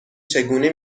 چگونه